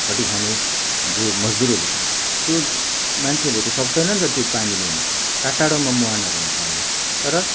खटी खाने जो मजदुरहरू छौँ त्यो मान्छेहरूले त सक्दैन नि त त्यो पानी ल्याउनु टाढो टाढोमा मुहानहरू हुन्छ हाम्रो तर